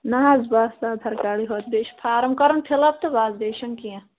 نہَ حظ بَس آدھار کارڈٕے ہوت بیٚیہِ چھُ فارم کَرُن فِل اَپ تہٕ بَس بیٚیہِ چھُنہٕ کیٚنٛہہ